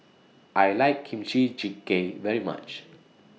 I like Kimchi Jjigae very much